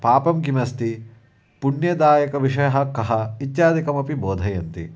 पापं किमस्ति पुण्यदायकविषयः कः इत्यादिकमपि बोधयन्ति